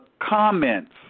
comments